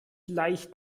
leicht